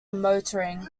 motoring